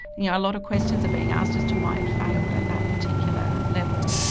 yeah a lot of questions are being asked as to why it failed at that particular level.